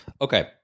Okay